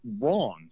wrong